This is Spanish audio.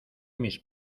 mis